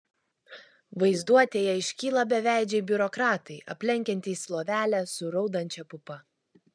vaizduotėje iškyla beveidžiai biurokratai aplenkiantys lovelę su raudančia pupa